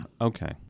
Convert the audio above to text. Okay